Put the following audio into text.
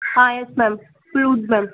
ah yes ma'am pure wood ma'am